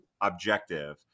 objective